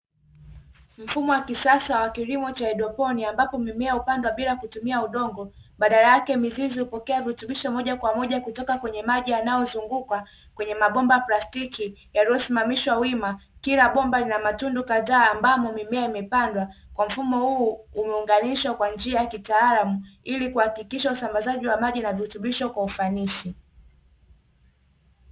Mfumo wa kisasa wa kilimo cha hydroponi ambapo mimea hupandwa bila kutumia udongo baadala yake mizizi hupokea virutubisho moja kwa moja kutoka kwenye maji yanayozunguka kwenye mabomba ya plastiki yaliyosimamishwa wima, kila bomba lina matundu kadhaa ambamo mimea imepandwa kwa mfumo huu umeunganishwa kwa njia ya kitaalamu ili kuhakikisha usambazaji wa maji na virutubisho kwa ufanisi.